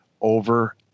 over